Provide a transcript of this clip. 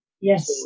Yes